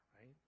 right